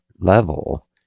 level